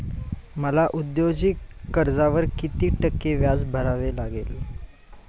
मला औद्योगिक कर्जावर किती टक्के व्याज भरावे लागेल?